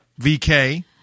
VK